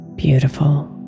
Beautiful